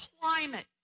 climate